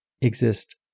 exist